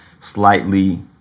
slightly